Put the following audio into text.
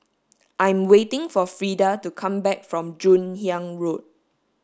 I'm waiting for Freda to come back from Joon Hiang Road